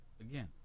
Again